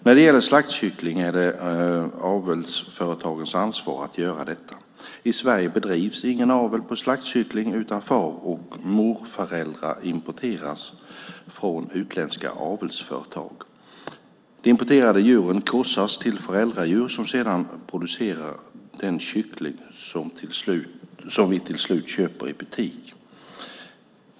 När det gäller slaktkyckling är det avelsföretagens ansvar att göra detta. I Sverige bedrivs ingen avel på slaktkyckling, utan far och morföräldrar importeras från utländska avelsföretag. De importerade djuren korsas till föräldradjur som sedan producerar den kyckling som vi till slut köper i butik.